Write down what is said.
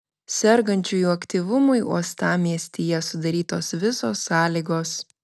sergančiųjų aktyvumui uostamiestyje sudarytos visos sąlygos